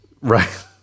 Right